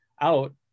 out